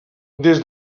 des